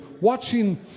watching